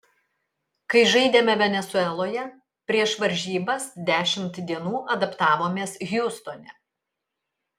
kai žaidėme venesueloje prieš varžybas dešimt dienų adaptavomės hjustone